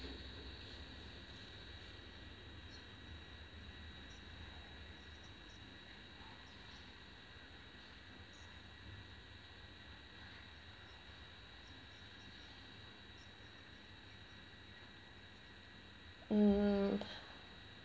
mm